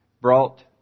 brought